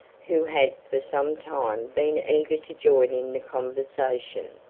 who had for some time been eager to join in the conversation.